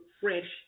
fresh